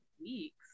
weeks